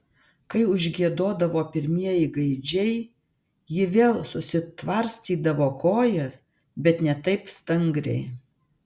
kai užgiedodavo pirmieji gaidžiai ji vėl susitvarstydavo kojas bet ne taip stangriai